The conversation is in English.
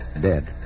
Dead